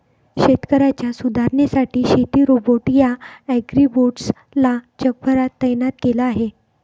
शेतकऱ्यांच्या सुधारणेसाठी शेती रोबोट या ॲग्रीबोट्स ला जगभरात तैनात केल आहे